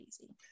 easy